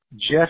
Jeff